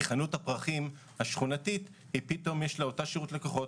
כי לחנות הפרחים השכונתית יש פתאום אותו שירות לקוחות,